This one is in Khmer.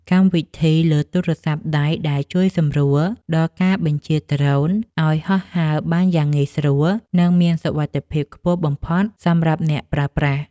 កម្មវិធីលើទូរសព្ទដៃដែលជួយសម្រួលដល់ការបញ្ជាដ្រូនឱ្យហោះហើរបានយ៉ាងងាយស្រួល និង មានសុវត្ថិភាពខ្ពស់បំផុតសម្រាប់អ្នកប្រើប្រាស់។